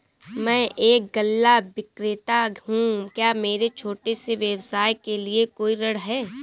मैं एक गल्ला विक्रेता हूँ क्या मेरे छोटे से व्यवसाय के लिए कोई ऋण है?